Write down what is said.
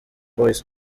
boys